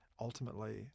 ultimately